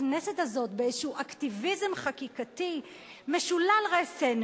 הכנסת הזאת באיזשהו אקטיביזם חקיקתי משולל רסן,